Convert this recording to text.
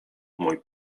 mój